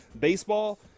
Baseball